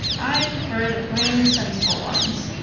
i prefer the plain, sensible ones.